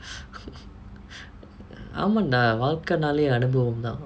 ஆமான்டா வாழ்கன்னாலே அனுபவந்தா:aamaandaa vaalkannaala anubavantha